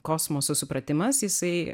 kosmoso supratimas jisai